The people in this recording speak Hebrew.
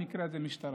במקרה הזה המשטרה.